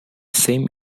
same